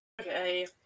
Okay